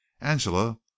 angela